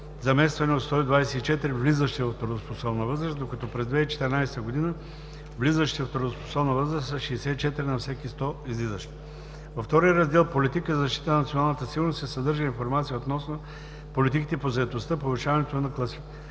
замествани от 124 влизащи в трудоспособна възраст, докато през 2014 г. влизащите в трудоспособна възраст са 64 на всеки 100 излизащи. Във Втория раздел „Политики за защита на националната сигурност” се съдържа информация относно политиките по заетостта, повишаването на